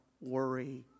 worry